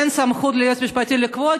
אין סמכות ליועץ המשפטי לקבוע,